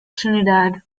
trinidad